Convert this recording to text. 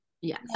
Yes